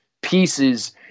pieces